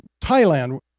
thailand